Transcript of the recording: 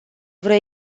vreo